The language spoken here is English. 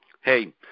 hey